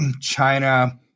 China